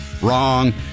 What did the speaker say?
Wrong